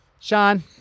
sean